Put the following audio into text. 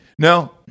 No